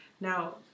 Now